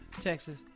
Texas